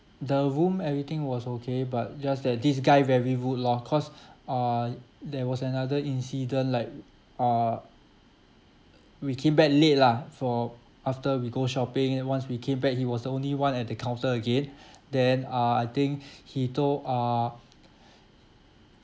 the room everything was okay but just that this guy very rude lor cause uh there was another incident like uh we came back late lah for after we go shopping once we came back he was the only one at the counter again then uh I think he told uh